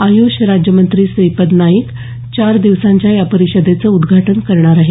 आय्ष राज्यमंत्री श्रीपाद नाईक चार दिवसांच्या या परिषदेचं उद्घाटन करणार आहेत